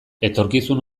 etorkizun